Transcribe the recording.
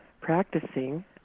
practicing